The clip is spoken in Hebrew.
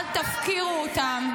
אל תפקירו אותם.